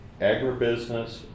agribusiness